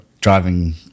driving